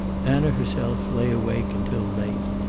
anna herself lay awake until late.